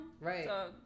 Right